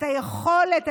את היכולת,